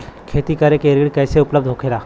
खेती करे के ऋण कैसे उपलब्ध होखेला?